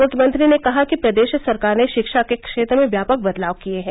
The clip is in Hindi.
मुख्यमंत्री ने कहा कि प्रदेश सरकार ने शिक्षा के क्षेत्र में व्यापक बदलाव किये हैं